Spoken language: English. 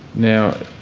now,